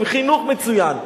עם חינוך מצוין.